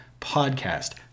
podcast